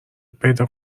پیدا